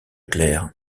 clair